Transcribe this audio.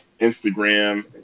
Instagram